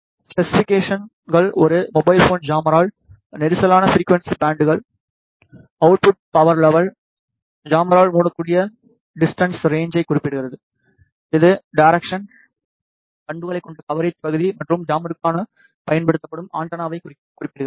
ஸ்பெசிபிகேஷன்கள் ஒரு mobile phone ஜாமரால் நெரிசலான ஃபிரிக்குவன்ஸி பேண்ட்கள் அவுட்புட் பவர் லெவல் ஜாமரால் மூடப்படக்கூடிய டிஸ்டன்ஸ் ரேன்ச்சைக் குறிப்பிடுகிறது இது டைரேக்சன் பண்புகளைக் கொண்ட கவரேஜ் பகுதி மற்றும் ஜாமருக்குள் பயன்படுத்தப்படும் ஆண்டெனாவிற்கு குறிப்பிட்டது